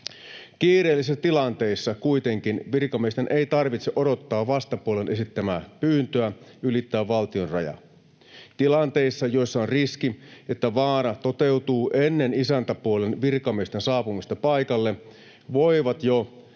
Kiireellisissä tilanteissa kuitenkin virkamiesten ei tarvitse odottaa vastapuolen esittämää pyyntöä ylittää valtionraja. Tilanteissa, joissa on riski, että vaara toteutuu ennen isäntäpuolen virkamiesten saapumista paikalle, voivat jo